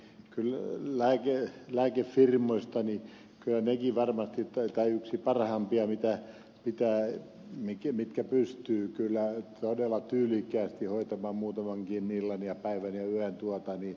zyskowicz sanoi lääkefirmat kyllä varmasti ovat yksi parhaimpia mitkä pystyvät kyllä todella tyylikkäästi hoitamaan muutamankin illan ja päivän ja yön kestityksen